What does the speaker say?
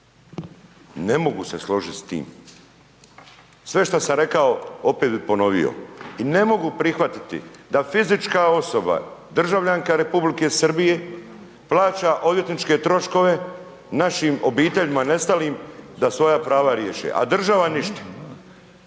ne mogu se složiti s tim. Sve šta sam rekao, opet bi ponovio. I ne mogu prihvatiti da fizička osoba, državljanka Republike Srbije plaća odvjetničke troškove našim obiteljima nestalim da svoja prava riješe, a država ništa.